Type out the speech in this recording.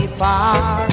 far